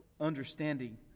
understanding